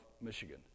Michigan